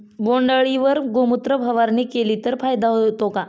बोंडअळीवर गोमूत्र फवारणी केली तर फायदा होतो का?